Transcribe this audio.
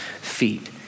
feet